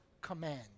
command